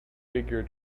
figure